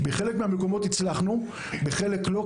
בחלק מן המקומות הצלחנו, בחלק לא.